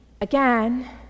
again